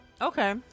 Okay